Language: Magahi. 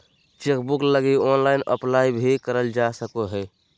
चेकबुक लगी ऑनलाइन अप्लाई भी करल जा सको हइ